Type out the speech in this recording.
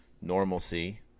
normalcy